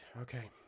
okay